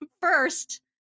First